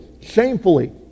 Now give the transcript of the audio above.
shamefully